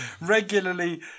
regularly